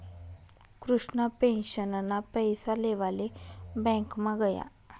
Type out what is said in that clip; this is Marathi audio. कृष्णा पेंशनना पैसा लेवाले ब्यांकमा गया